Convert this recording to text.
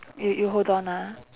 y~ you hold on ah